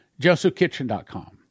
JosephKitchen.com